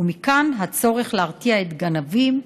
ומכאן הצורך להרתיע את הגנבים,